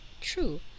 true